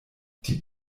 die